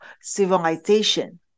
civilization